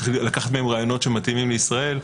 צריך לקחת מהם רעיונות שמתאימות לישראל.